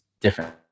different